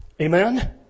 Amen